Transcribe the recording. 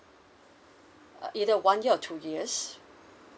uh either one year or two years